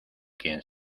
quien